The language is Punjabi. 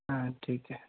ਠੀਕ ਹੈ